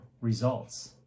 results